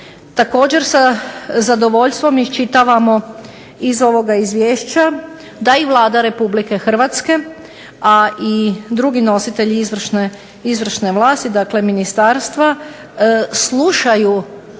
Također sa zadovoljstvom iščitavamo iz ovoga izvješća da i Vlada Republike Hrvatske, a i drugi nositelji izvršne vlasti, dakle ministarstva slušaju